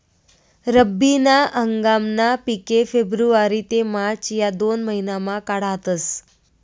रब्बी ना हंगामना पिके फेब्रुवारी ते मार्च या दोन महिनामा काढातस